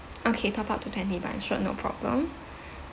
okay top up to twenty bun sure no problem